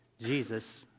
Jesus